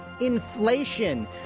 inflation